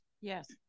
Yes